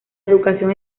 educación